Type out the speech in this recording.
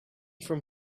from